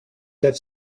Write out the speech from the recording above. that